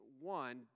One